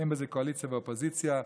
אין בזה קואליציה ואופוזיציה.